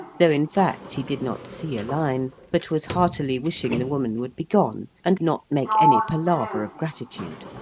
though in fact he did not see a line but was heartily wishing the woman would be gone, and not make any palaver of gratitude.